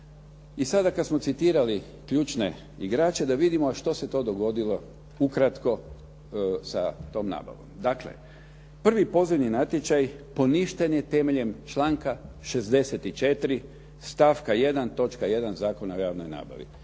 I sada kad smo citirali ključne igrače da vidimo što se to dogodilo ukratko sa tom nabavom. Dakle, prvi pozivni natječaj poništen je temeljem članka 64. stavka 1. točka 1. Zakona o javnoj nabavi